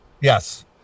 yes